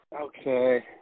Okay